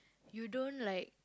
you don't like